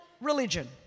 religion